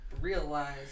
realize